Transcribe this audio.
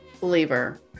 believer